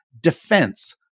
defense